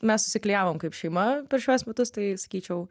mes susiklijavom kaip šeima per šiuos metus tai sakyčiau